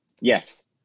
Yes